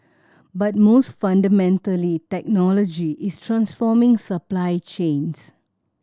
but most fundamentally technology is transforming supply chains